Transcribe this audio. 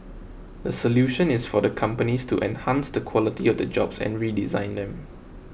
the solution is for the companies to enhance the quality of the jobs and redesign them